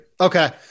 Okay